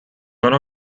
one